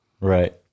Right